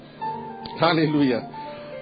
hallelujah